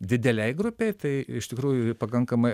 didelei grupei tai iš tikrųjų pakankamai